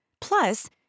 Plus